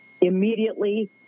immediately